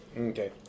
Okay